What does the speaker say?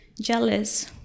jealous